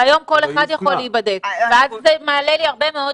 היום כל אחד יכול להיבדק וזה מעלה לי הרבה מאוד